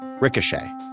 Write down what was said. Ricochet